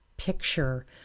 picture